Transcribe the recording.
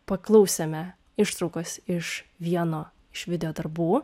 paklausėme ištraukas iš vieno iš videodarbų